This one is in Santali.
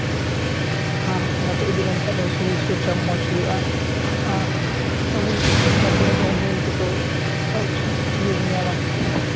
ᱟᱨ ᱜᱟᱛᱮ ᱤᱫᱤ ᱞᱮᱱᱠᱷᱟᱱ ᱫᱚ ᱥᱚᱨᱤᱨ ᱪᱚᱨᱪᱟ ᱢᱚᱡᱽ ᱦᱩᱭᱩᱜᱼᱟ ᱟᱨ ᱟᱵᱚ ᱜᱟᱛᱮ ᱞᱮᱱᱠᱷᱟᱱ ᱵᱚᱱ ᱱᱚᱜᱼᱚᱭ ᱡᱚᱛᱚ ᱤᱭᱟᱹᱵᱚᱱ ᱧᱟᱢᱟ